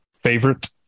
favorite